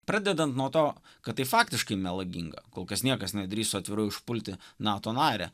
pradedant nuo to kad tai faktiškai melaginga kol kas niekas nedrįso atvirai užpulti nato narę